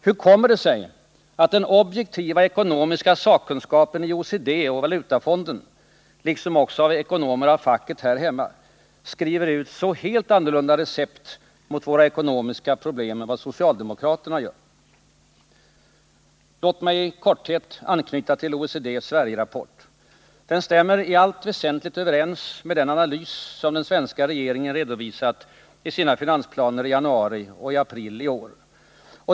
Hur kommer det sig att den objektiva ekonomiska sakkunskapen i OECD och Valutafonden, liksom också ekonomer av facket här hemma, skriver ut så helt annorlunda recept mot våra ekonomiska problem än vad socialdemokraterna gör? Låt mig i korthet anknyta till OECD:s Sverigerapport. Den stämmer i allt väsentligt överens med den analys som den svenska regeringen redovisat i sina finansplaner i januari och april i år.